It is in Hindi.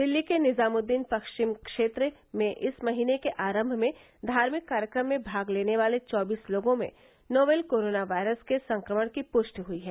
दिल्ली के निजामृद्दीन पश्चिम क्षेत्र में इस महीने के आरम्भ में धार्मिक कार्यक्रम में भाग लेने वाले चौबीस लोगों में नोवल कोरोना वायरस के संक्रमण की पृष्टि हई है